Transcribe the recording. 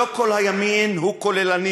לא כל הימין הוא כוללני,